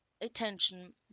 attention